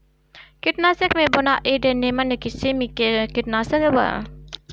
कीटनाशक में बोनाइड निमन किसिम के कीटनाशक बा